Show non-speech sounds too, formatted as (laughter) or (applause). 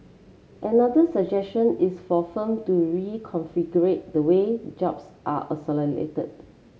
another suggestion is for firm to reconfigure (unintelligible) the way jobs are (unintelligible)